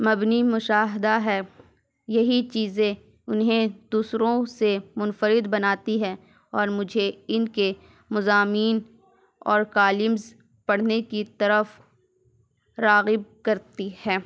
مبنی مشاہدہ ہے یہی چیزیں انہیں دوسروں سے منفرد بناتی ہے اور مجھے ان کے مضامین اور قالمز پڑھنے کی طرف راغب کرتی ہے